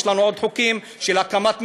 יש לנו עוד חוקים של הקמת מינהלת,